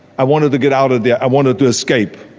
i wanted to get out of there, i wanted to escape.